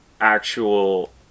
actual